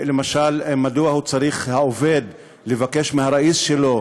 למשל, מדוע צריך העובד לבקש מהראיס שלו,